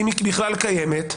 אם היא בכלל קיימת,